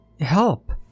help